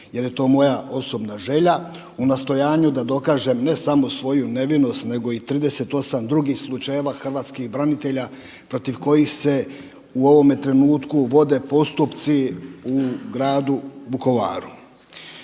jer je to moja osobna želja u nastojanju da dokažem ne samo svoju nevinost, nego i 38 drugih slučajeva hrvatskih branitelja protiv kojih se u ovome trenutku vode postupci u gradu Vukovaru.